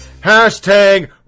Hashtag